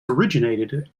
originated